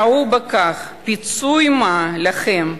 ראו בכך פיצוי-מה לכם,